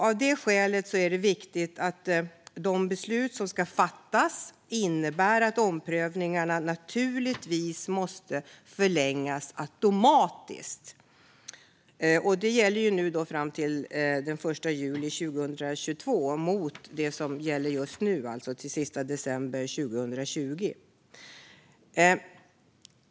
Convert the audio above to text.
Av det skälet är det viktigt att de beslut som ska fattas innebär att omprövningarna förlängs automatiskt fram till den 1 juli 2022 i stället för det som gäller just nu, alltså den 31 december 2020.